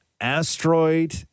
asteroid